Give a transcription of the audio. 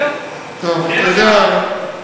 זהו, זה מה שאמרתי.